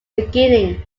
beginning